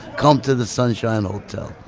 come to the sunshine hotel.